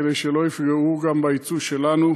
כדי שלא יפגעו ביצוא שלנו.